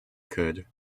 could